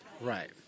Right